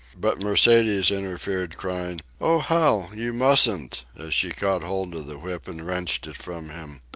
but mercedes interfered, crying, oh, hal, you mustn't, as she caught hold of the whip and wrenched it from him.